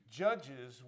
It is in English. judges